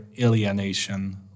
alienation